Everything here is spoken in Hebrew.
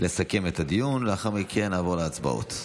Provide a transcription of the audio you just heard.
לאחר מכן נעבור להצבעות.